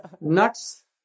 nuts